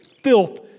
filth